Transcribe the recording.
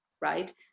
right